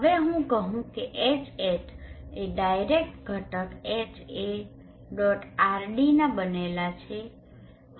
હવે હું કહું કે Hat એ ડાયરેક્ટ ઘટક HaRDના બનેલા છે